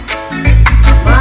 Smile